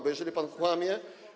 Bo jeżeli pan kłamie.